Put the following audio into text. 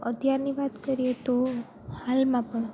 અત્યારની વાત કરીએ તો હાલમાં પણ